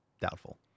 doubtful